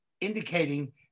indicating